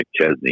McChesney